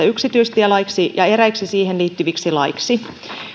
yksityistielaiksi ja eräiksi siihen liittyviksi laeiksi